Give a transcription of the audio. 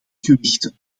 gewichten